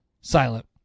Silent